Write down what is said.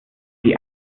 die